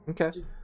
okay